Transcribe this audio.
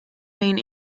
main